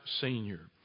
senior